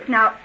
Now